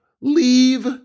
leave